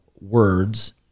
words